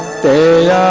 the